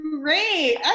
great